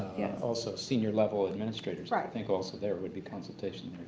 yeah. also senior level administrators. right. i think also there would be consultation